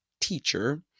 teacher